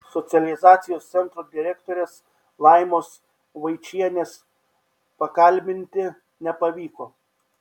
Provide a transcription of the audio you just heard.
socializacijos centro direktorės laimos vaičienės pakalbinti nepavyko